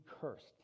cursed